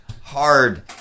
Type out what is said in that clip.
Hard